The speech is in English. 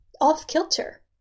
off-kilter